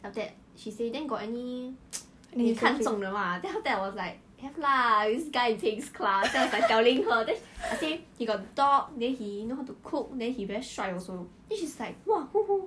after that she say then got any 你看中的 mah then after that I was like have lah this guy in peng's class then I was like telling her then I say he got dog then he know how to cook then he very 帅 also then she's like !wah! who who